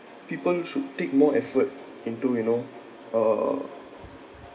people should take more effort into you know uh